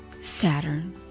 Saturn